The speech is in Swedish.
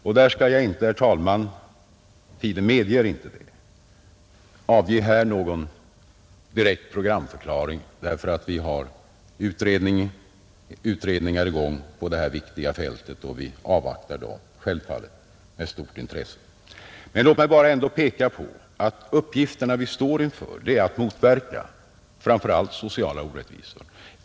Tiden medger inte, herr talman, att jag här avger någon direkt programförklaring. Vi har utredningar i gång på detta viktiga fält, och vi avvaktar dem självfallet med stort intresse. Men låt mig ändå bara peka på att det arbete vi står inför innebär att motverka framför allt sociala orättvisor.